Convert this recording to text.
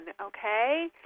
okay